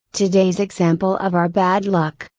today's example of our bad luck,